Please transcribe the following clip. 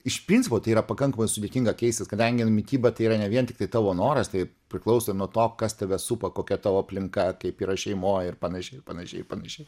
iš principo tai yra pakankamai sudėtinga keistis kadangi mityba yra ne vien tiktai tavo noras tai priklauso ir nuo to kas tave supa kokia tavo aplinka kaip yra šeimoj ir panašiai ir panašiai panašiai